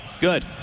Good